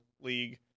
league